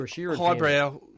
highbrow